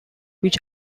which